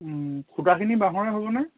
খুঁটাখিনি বাঁহৰে হ'বনে